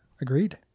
Agreed